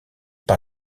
par